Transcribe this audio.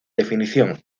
definición